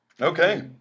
Okay